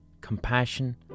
compassion